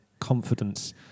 confidence